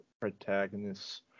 protagonist's